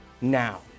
now